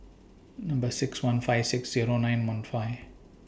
Number six one five six Zero nine one five